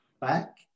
back